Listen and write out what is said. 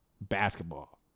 Basketball